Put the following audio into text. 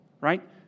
right